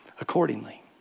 accordingly